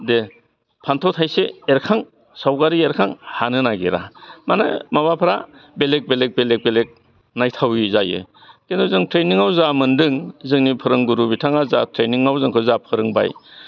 दे फान्थाव थाइसे एरखां सावगारि एरखां हानो नागिरा मानि माबाफ्रा बेलेग बेलेग बेलेग बेलेग नायथावै जायो खिन्थु जों ट्रेनिङाव जा मोन्दों जोंनि फोरोंगुरु बिथाङा जा ट्रेनिङाव जोंखौ जा फोरोंबाय